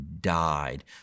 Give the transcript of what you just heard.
died